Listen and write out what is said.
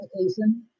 application